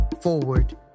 forward